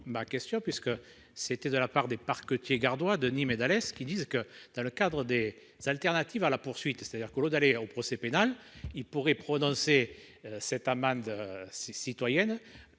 Ma question puisque c'était de la part des parquetiers gardera de Nîmes et d'Alès qui disent que dans le cadre des ça alternative à la poursuite, c'est-à-dire que l'eau d'aller au procès pénal il pourrait prononcer. Cette amende. Citoyenne